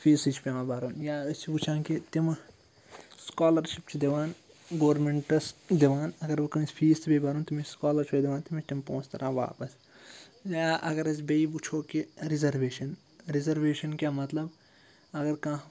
فیٖسٕے چھِ پٮ۪وان بَرُن یا أسۍ چھِ وٕچھان کہِ تِمہٕ سٕکالَرشِپ چھِ دِوان گورمٮ۪نٛٹَس دِوان اگر وۄنۍ کٲنٛسہِ فیٖس تہِ پے بَرُن تٔمِس چھِ سٕکالَرشِپ دِوان تٔمِس چھِ تِم پونٛسہٕ تَران واپَس یا اگر أسۍ بیٚیہِ وٕچھو کہِ رِزَرویشَن رِزَرویشَن کیٛاہ مطلب اگر کانٛہہ